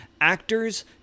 actors